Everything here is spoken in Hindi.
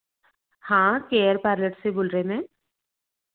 हाँ केयर पार्लर से बोल रही हूँ मैं